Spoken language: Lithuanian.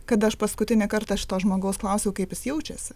kada aš paskutinį kartą šito žmogaus klausiau kaip jis jaučiasi